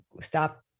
stop